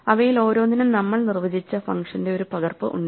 അവയിൽ ഓരോന്നിനും നമ്മൾ നിർവ്വചിച്ച ഫംഗ്ഷന്റെ ഒരു പകർപ്പ് ഉണ്ട്